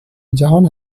جهان